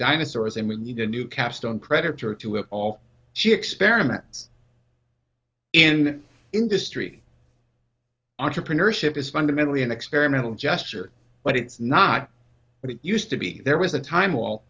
dinosaurs and we need a new capstone creditor to it all she experiments in industry entrepreneurship is fundamentally an experimental gesture but it's not what it used to be there was a time